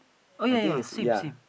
oh ya ya same same